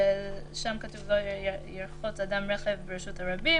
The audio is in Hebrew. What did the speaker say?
שם כתוב: "לא ירחץ אדם רכב ברשות הרבים,